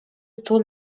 stu